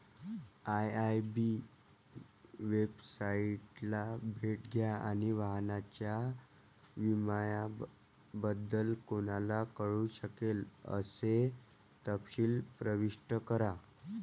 IIB वेबसाइटला भेट द्या आणि वाहनाच्या विम्याबद्दल कोणाला कळू शकेल असे तपशील प्रविष्ट करा